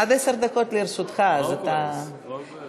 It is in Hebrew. עד עשר דקות לרשותך, אז אתה, מה הוא כועס?